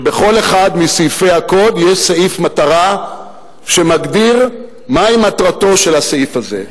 שבכל אחד מסעיפי הקוד יש סעיף מטרה שמגדיר מהי מטרתו של הסעיף הזה.